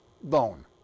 bone